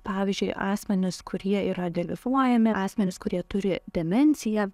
pavyzdžiui asmenys kurie yra deliufuojami asmenys kurie turi demenciją